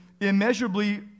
immeasurably